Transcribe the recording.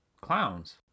clowns